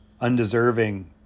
undeserving